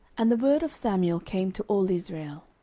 and the word of samuel came to all israel.